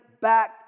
back